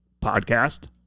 Podcast